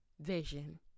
vision